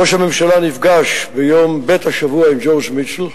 ראש הממשלה נפגש ביום ב' השבוע עם ג'ורג' מיטשל,